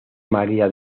maría